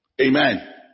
Amen